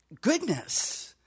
goodness